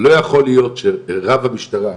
לא יכול להיות שרב המשטרה,